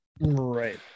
Right